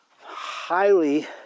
highly